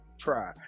try